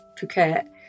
Phuket